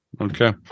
Okay